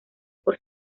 por